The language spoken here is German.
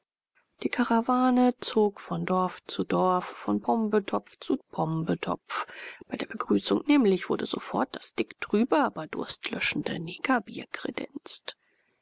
die karawane zog von dorf zu dorf von pombetopf zu pombetopf bei der begrüßung nämlich wurde sofort das dicktrübe aber durstlöschende